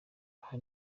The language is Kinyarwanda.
aho